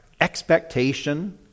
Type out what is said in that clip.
expectation